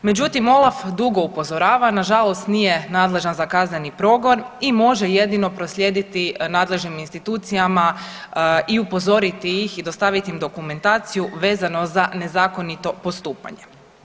Međutim OLAF dugo upozorava, nažalost nije nadležan za kazneni progon i može jedino proslijediti nadležnim institucijama i upozoriti ih i dostavit im dokumentaciju vezano za nezakonito postupanje.